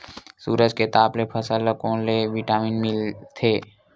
सूरज के ताप ले फसल ल कोन ले विटामिन मिल थे?